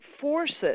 forces